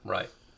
Right